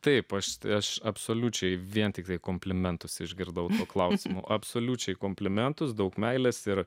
taip aš esu absoliučiai vien tiktai komplimentus išgirdau nuo klausimo absoliučiai komplimentus daug meilės ir